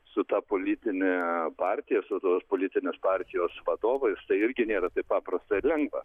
su ta politine partija su tos politinės partijos vadovais tai irgi nėra taip paprasta ir lengva